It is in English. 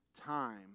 time